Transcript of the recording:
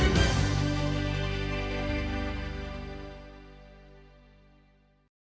Дякую.